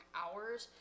hours